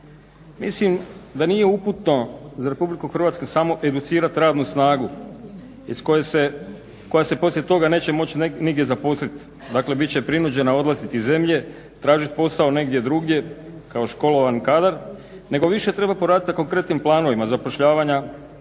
Mislim da nije uputno za RH samo educirati radnu snagu koja se poslije toga neće moći nigdje zaposliti, dakle bit će prinuđena odlaziti iz zemlje, tražiti posao negdje drugdje kao školovan kadar nego više treba poraditi na konkretnim planovima zapošljavanja